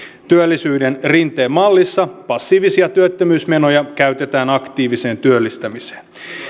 työllisyyden rinteen mallissa passiivisia työttömyysmenoja käytetään aktiiviseen työllistämiseen